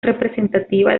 representativa